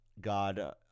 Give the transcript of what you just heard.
god